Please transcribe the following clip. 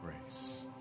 grace